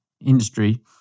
industry